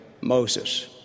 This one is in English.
Moses